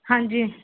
ਹਾਂਜੀ